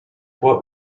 what